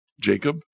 Jacob